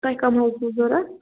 تۄہہِ کَم حظ چھِ ضروٗرت